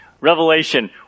Revelation